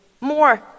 more